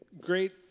great